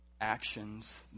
actions